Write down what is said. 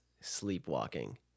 sleepwalking